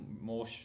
more